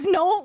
no